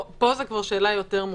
פה זו כבר שאלה יותר מורכבת,